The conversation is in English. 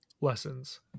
lessons